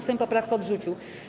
Sejm poprawkę odrzucił.